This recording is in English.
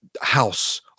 house